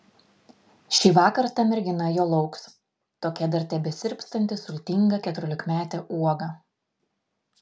šįvakar ta mergina jo lauks tokia dar tebesirpstanti sultinga keturiolikmetė uoga